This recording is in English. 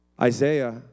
Isaiah